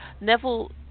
Neville